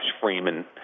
Freeman